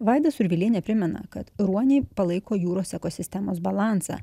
vaida survilienė primena kad ruoniai palaiko jūros ekosistemos balansą